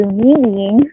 meaning